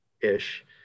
ish